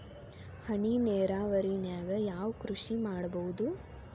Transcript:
ಹನಿ ನೇರಾವರಿ ನಾಗ್ ಯಾವ್ ಕೃಷಿ ಮಾಡ್ಬೋದು?